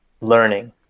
learning